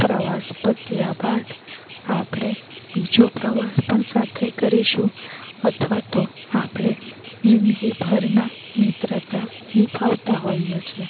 પ્રવાસ પત્યા બાદ આપણે બીજો પ્રવાસ પણ સાથે કરીશું અથવા તો આપણે જિંદગીભરના મિત્રતા નિભાવતા હોઈએ છે